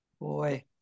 Boy